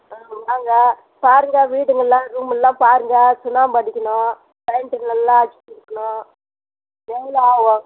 ஆ வாங்க பாருங்கள் வீடுங்கெல்லாம் ரூமெல்லாம் பாருங்கள் சுண்ணாம்பு அடிக்கணும் பெயிண்டு நல்லா அடிச்சு கொடுக்கணும் எவ்வளோ ஆவும்